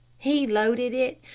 he loaded it,